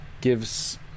gives